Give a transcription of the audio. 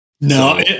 No